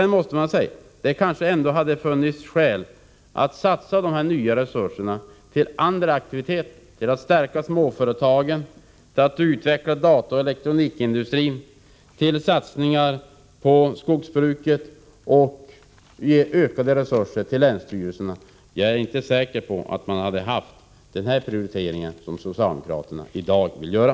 Jag måste också säga att det kanske hade funnits skäl att satsa de nya resurserna på andra aktiviteter — att stärka småföretagen, utveckla dataoch elektronikindustrin, satsa på skogsbruket och ge ökade resurser till länsstyrelserna. Jag är inte säker på att man då hade valt den prioritering som socialdemokraterna i dag vill göra.